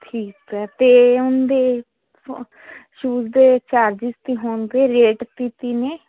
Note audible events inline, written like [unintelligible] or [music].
ਠੀਕ ਹੈ ਅਤੇ ਉਹਦੇ [unintelligible] ਸ਼ੂਜ ਦੇ ਚਾਰਜੀਸ ਕੀ ਹੋਣਗੇ ਰੇਟ ਕੀ ਕੀ ਨੇ